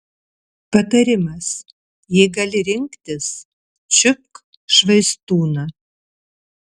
patarimas jei gali rinktis čiupk švaistūną